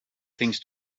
things